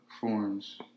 forms